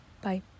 Bye